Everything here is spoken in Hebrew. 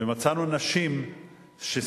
ומצאנו נשים שסובלות.